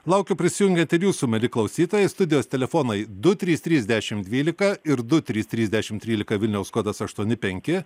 laukiu prisijungiant ir jūsų mieli klausytojai studijos telefonai du trys trys dešim dvylika ir du trys trys dešim trylika vilniaus kodas aštuoni penki